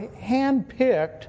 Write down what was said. handpicked